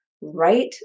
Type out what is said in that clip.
Right